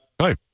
Hi